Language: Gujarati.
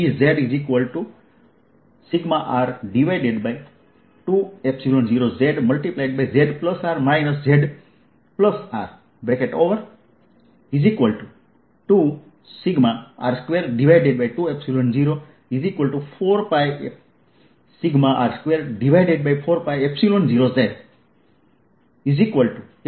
2πz2R2 2zRcosθR220 11dXz2R2 2zRXσR20zzR z R તો ચાલો જોઈએ કે આ જવાબ શું છે